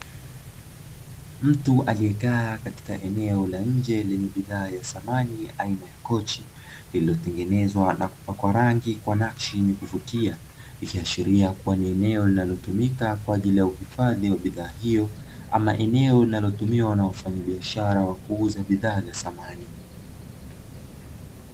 Mtu aliyekaa katika eneo la nje lenye bidhaa ya samani aina ya kochi, lililo tengenezwa na kupakwa rangi kwa nakshi inayovutia, ikiashiria ni eneo linalo tumika kwa ajili ya uhifadhi wa bidhaa hiyo, ama ni eneo linalotumiwa na wafanyabiashara wa kuuza bidhaa za samani.